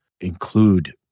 include